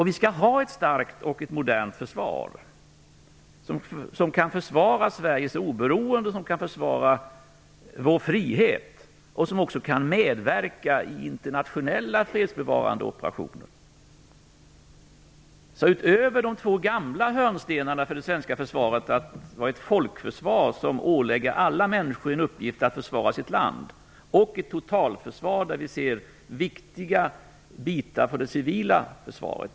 Vi skall ha ett starkt och modernt försvar som kan försvara Sveriges oberoende och vår frihet, och som också kan medverka i internationella fredsbevarande operationer. De två gamla hörnstenarna för det svenska försvaret är att vara ett folkförsvar som ålägger alla människor uppgiften att försvara sitt land och att vara ett totalförsvar där vi ser viktiga bitar för det civila försvaret.